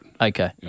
Okay